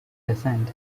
descent